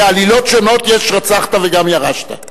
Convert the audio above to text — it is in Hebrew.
בעלילות שונות יש רצחת וגם ירשת.